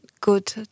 good